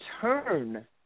turn